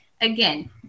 again